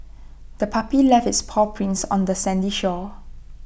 the puppy left its paw prints on the sandy shore